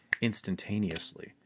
instantaneously